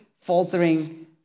faltering